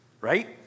right